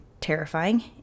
terrifying